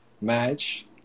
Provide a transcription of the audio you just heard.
match